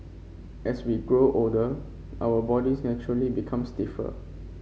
as we grow older our bodies naturally become stiffer